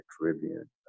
Caribbean